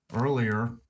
earlier